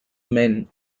men